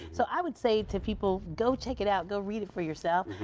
so i would say to people, go take it out, go read it for yourself.